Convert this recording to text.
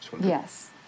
yes